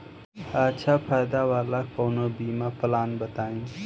अच्छा फायदा वाला कवनो बीमा पलान बताईं?